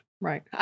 Right